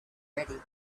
ready